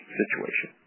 situation